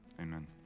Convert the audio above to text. amen